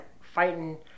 fighting